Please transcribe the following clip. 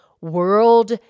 World